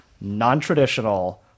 non-traditional